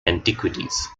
antiquities